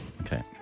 Okay